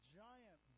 giant